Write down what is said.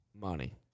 Money